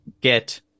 get